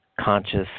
conscious